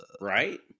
right